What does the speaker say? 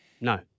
No